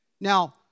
Now